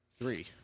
Three